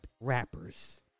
rappers